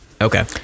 okay